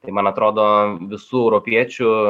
tai man atrodo visų europiečių